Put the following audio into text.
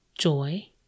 joy